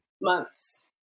months